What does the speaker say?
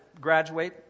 graduate